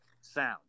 sound